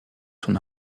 son